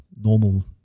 normal